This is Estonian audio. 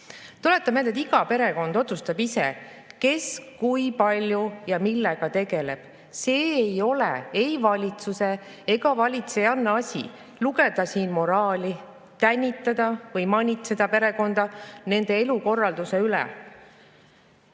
Tuletan meelde, et iga perekond otsustab ise, kes kui palju ja millega tegeleb. See ei ole ei valitsuse ega valitsejanna asi lugeda siin moraali, tänitada või manitseda perekonda nende elukorralduse